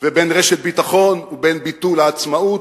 ובין רשת ביטחון ובין ביטול העצמאות,